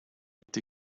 est